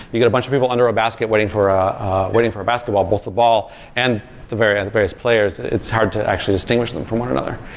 you get a bunch of people under a basket waiting for ah waiting for a basketball, both the ball and the various various players. it's hard to actually distinguish them from one another.